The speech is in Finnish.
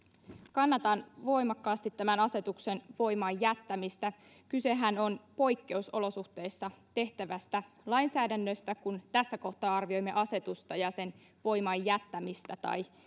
kannatan voimakkaasti asetuksen voimaan jättämistä kysehän on poikkeusolosuhteissa tehtävästä lainsäädännöstä kun tässä kohtaa arvioimme asetusta ja sen voimaan jättämistä tai